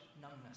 numbness